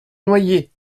noyé